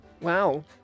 Wow